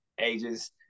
ages